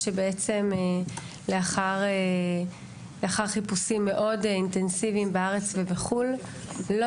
שבעצם לאחר חיפושים מאוד אינטנסיביים בארץ ובחו"ל לא